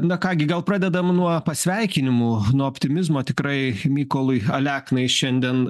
na ką gi gal pradedam nuo pasveikinimų nuo optimizmo tikrai mykolui aleknai šiandien